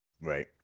Right